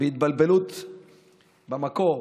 בהתבלבלות במקור,